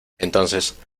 entonces